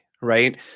right